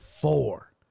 four